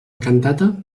cantata